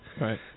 Right